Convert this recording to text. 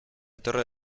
torre